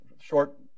short